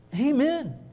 Amen